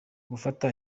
gufata